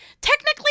Technically